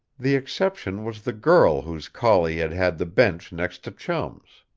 the exception was the girl whose collie had had the bench next to chum's.